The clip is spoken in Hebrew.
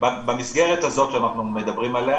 במסגרת הזאת שאנחנו מדברים עליה